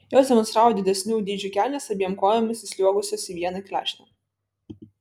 jos demonstravo didesnių dydžių kelnes abiem kojomis įsliuogusios į vieną klešnę